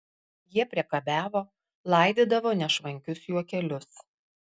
jie priekabiavo laidydavo nešvankius juokelius